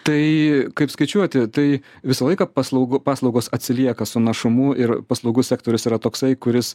tai kaip skaičiuoti tai visą laiką paslaugų paslaugos atsilieka su našumu ir paslaugų sektorius yra toksai kuris